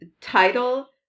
title